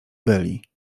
byli